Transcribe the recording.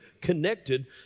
connected